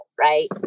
Right